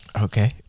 Okay